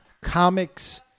Comics